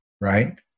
right